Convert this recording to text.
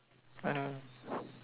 I know